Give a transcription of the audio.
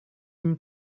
him